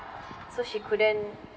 so she couldn't